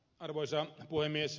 arvoisa puhemies